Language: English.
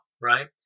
right